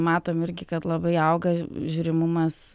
matom irgi kad labai auga žiūrimumas